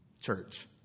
church